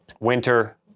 winter